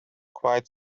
quite